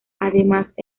además